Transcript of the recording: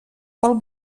pel